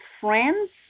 friends